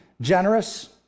generous